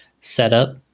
setup